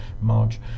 March